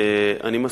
אני מסכים.